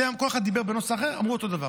כל אחד דיבר בנוסח אחר ואמרו אותו דבר.